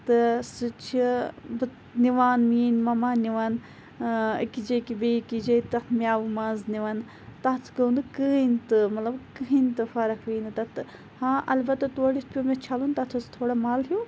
تہٕ سُہ چھِ نِوان میٲنۍ مَمّا نِوان أکِس جایہِ کہِ بیٚکِس جایہِ تَتھ میٚوٕ مَنٛز نِوان تَتھ گوٚو نہٕ کٕہٕنۍ تہِ مَطلَب کٕہٕنۍ تہِ فَرَق پیٚیہِ نہٕ تَتھ ہاں اَلبَتہ تورٕ یِتھ پیٚو مےٚ چھَلُن تَتھ اوس تھوڑا مَل ہیٚو